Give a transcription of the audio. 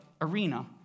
arena